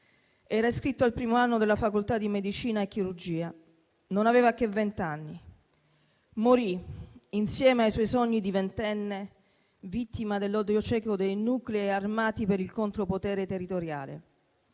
Era iscritto al primo anno della facoltà di medicina e chirurgia, non aveva che vent'anni. Morì, insieme ai suoi sogni di ventenne, vittima dell'odio cieco dei nuclei armati per il contropotere territoriale,